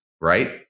right